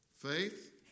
Faith